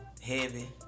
Heavy